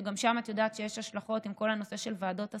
שגם שם את יודעת שיש השלכות עם כל הנושא של ועדות השמה.